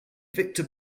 victor